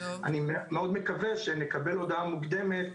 אני מאוד מקווה שנקבל הודעה מוקדמת,